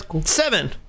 seven